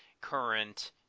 current